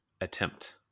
attempt